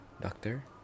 doctor